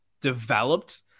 developed